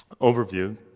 overview